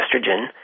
estrogen